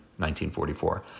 1944